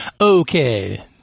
Okay